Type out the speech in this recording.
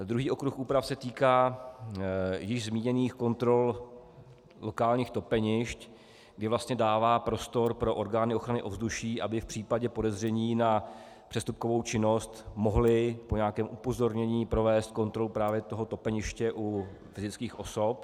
Druhý okruh úprav se týká již zmíněných kontrol lokálních topenišť, kde dává prostor pro orgány ochrany ovzduší, aby v případě podezření na přestupkovou činnost mohly po nějakém upozornění provést kontrolu topeniště u fyzických osob.